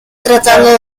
tratando